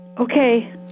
Okay